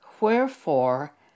Wherefore